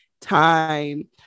time